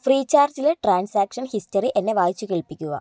ഫ്രീചാർജിലെ transaction history എന്നെ വായിച്ചു കേൾപ്പിക്കുക